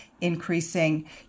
increasing